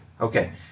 okay